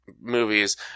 movies